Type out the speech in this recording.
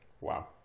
Wow